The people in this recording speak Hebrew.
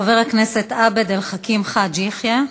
חבר הכנסת עבד אל חכים חאג' יחיא,